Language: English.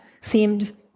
seemed